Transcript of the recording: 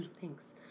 Thanks